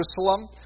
Jerusalem